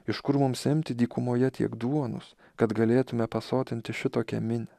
iš kur mums imti dykumoje tiek duonos kad galėtume pasotinti šitokią minią